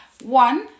one